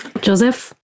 Joseph